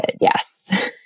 yes